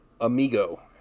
amigo